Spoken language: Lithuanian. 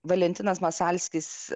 valentinas masalskis